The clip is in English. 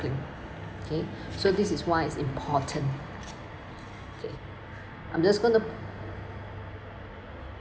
~cling so this is why it's important okay I'm just gonna